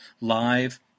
live